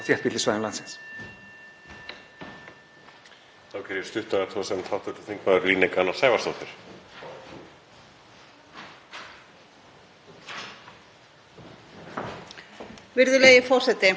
Virðulegi forseti. Ég vil þakka fyrir það að við skulum hér vera að ræða skoðun ökutækja og hagsmuni bifreiðaeigenda sem fjærst búa